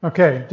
Okay